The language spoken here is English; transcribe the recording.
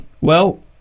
Well